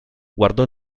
guardò